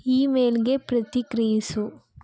ಈಮೇಲ್ಗೆ ಪ್ರತಿಕ್ರಿಯಿಸು